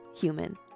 human